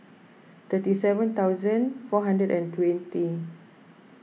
thirty seven thousand four hundred and twenty